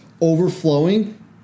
overflowing